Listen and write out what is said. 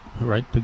right